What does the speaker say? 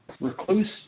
Recluse